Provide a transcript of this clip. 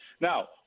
Now